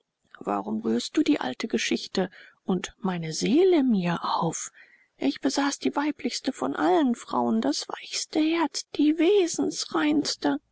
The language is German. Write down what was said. warum rührst du die alte geschichte und meine seele mir auf ich besaß die weiblichste von allen frauen das weichste herz die